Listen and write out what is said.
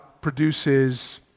produces